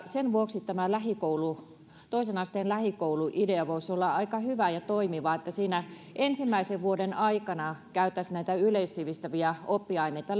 sen vuoksi tämä toisen asteen lähikoulu idea voisi olla aika hyvä ja toimiva siinä ensimmäisen vuoden aikana käytäisiin näitä yleissivistäviä oppiaineita